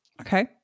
Okay